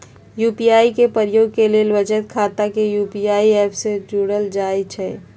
UPI के प्रयोग के लेल बचत खता के यू.पी.आई ऐप से जोड़ल जाइ छइ